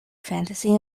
fantasy